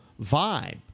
vibe